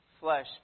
flesh